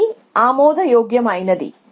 ఇది ఆమోదయోగ్యమైనది